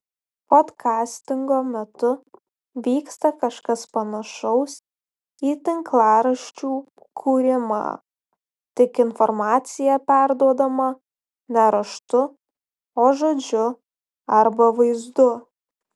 podkastingo metu vyksta kažkas panašaus į tinklaraščių kūrimą tik informacija perduodama ne raštu o žodžiu arba vaizdu